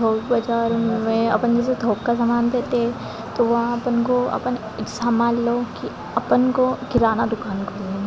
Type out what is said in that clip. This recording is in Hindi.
थोक बाजारों अपन जैसे थोक का सामान लेते हैं तो वो अपन को अपन सामान लो कि अपन को किराना दुकान खोलना है